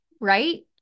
right